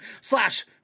slash